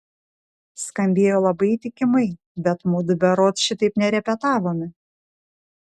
skambėjo labai įtikimai bet mudu berods šitaip nerepetavome